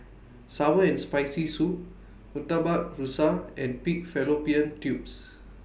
Sour and Spicy Soup Murtabak Rusa and Pig Fallopian Tubes